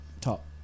top